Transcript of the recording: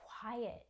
quiet